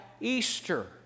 Easter